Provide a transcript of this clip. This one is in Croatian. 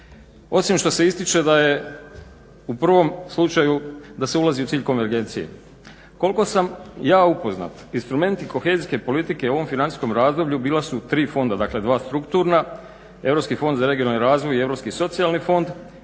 je u provom slučaju da se ulazi u cilj konvergencije. Koliko sam ja upoznat instrumenti kohezijske politike u ovom financijskom razdoblju bila su 3 fonda, dakle 2 strukturna Europski fond za regionalni razvoj i Europski socijalni fond